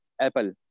apple